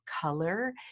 color